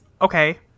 Okay